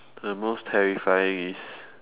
uh most terrifying is